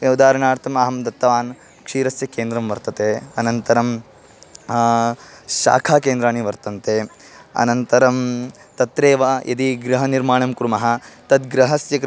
उदाहरणार्थम् अहं दत्तवान् क्षीरस्य केन्द्रं वर्तते अनन्तरं शाकाकेन्द्राणि वर्तन्ते अनन्तरं तत्रैव यदि गृहनिर्माणं कुर्मः तद्ग्रहस्य कृते